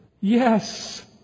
Yes